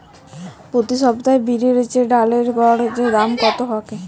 প্রতি সপ্তাহে বিরির ডালের গড় দাম কত থাকে?